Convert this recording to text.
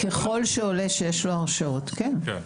אם עולה שיש לו הרשעות, אז כן.